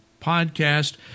podcast